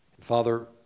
Father